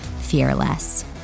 fearless